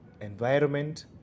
environment